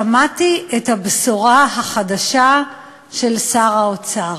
שמעתי את הבשורה החדשה של שר האוצר: